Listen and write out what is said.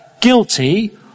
guilty